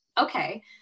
Okay